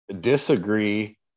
disagree